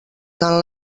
tant